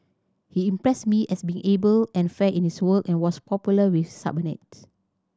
he impressed me as being able and fair in his work and was popular with subordinate